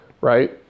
right